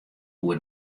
koe